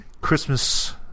Christmas